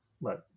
Right